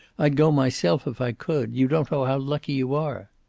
i'd go myself if i could. you don't know how lucky you are.